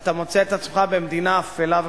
אתה מוצא את עצמך במדינה אפלה וחשוכה.